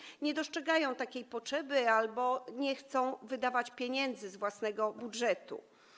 Samorządy nie dostrzegają takiej potrzeby albo nie chcą wydawać pieniędzy z własnego budżetu.